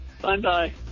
Bye-bye